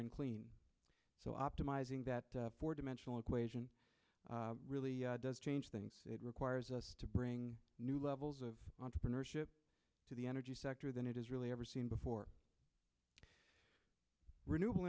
and clean so optimizing that four dimensional equation really does change things it requires us to bring new levels of entrepreneurship to the energy sector than it has really ever seen before renewable